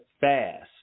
fast